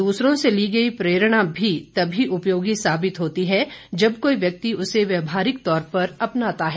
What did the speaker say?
दूसरों से ली गई प्रेरणा भी तभी उपयोगी साबित होती है जब कोई व्यक्ति उसे व्यवहारिक तौर पर अपनाता है